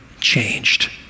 changed